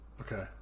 okay